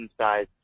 size